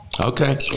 Okay